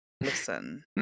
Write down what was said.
Listen